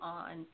on